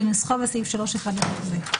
כנוסחו בסעיף 3(1) לחוק זה,